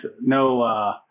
no